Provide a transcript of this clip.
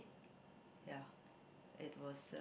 ya it was uh